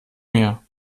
mir